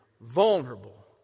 vulnerable